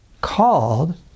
called